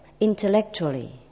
intellectually